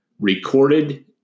recorded